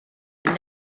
but